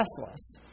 restless